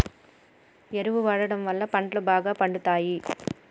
ఎరువు వాడడం వళ్ళ పంటలు బాగా పండుతయి